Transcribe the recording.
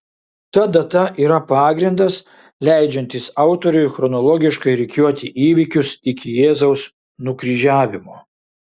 ta data yra pagrindas leidžiantis autoriui chronologiškai rikiuoti įvykius iki jėzaus nukryžiavimo